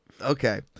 Okay